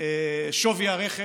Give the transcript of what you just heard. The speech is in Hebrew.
שווי הרכב,